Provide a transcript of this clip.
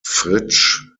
fritsch